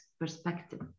perspective